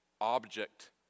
object